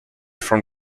from